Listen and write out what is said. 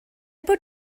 bod